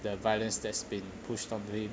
the violence that has been pushed onto him